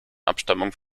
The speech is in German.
abstammung